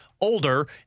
older